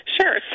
Sure